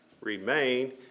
remain